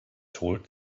told